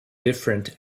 different